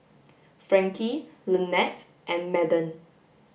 Frankie Lanette and Madden